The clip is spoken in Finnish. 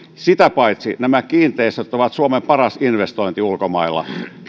sitä paitsi nämä kiinteistöt ovat suomen paras investointi ulkomailla